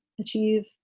achieve